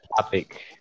topic